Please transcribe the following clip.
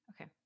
Okay